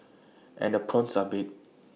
and the prawns are big